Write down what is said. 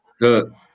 Good